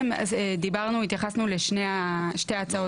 התייחסנו לשתי הצעות